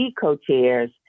co-chairs